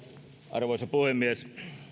arvoisa puhemies